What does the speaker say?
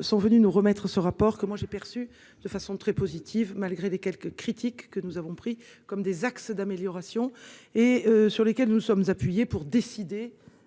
Sont venus nous remettre ce rapport que moi j'ai perçu de façon très positive malgré des quelques critiques que nous avons pris comme des axes d'amélioration et sur lesquels nous sommes appuyés pour décider.